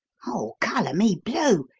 oh, colour me blue!